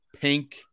pink